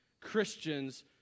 Christians